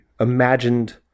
imagined